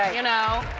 you know?